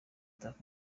tuff